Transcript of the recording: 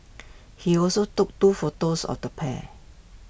he also took two photos of the pair